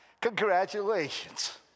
Congratulations